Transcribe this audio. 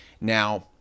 Now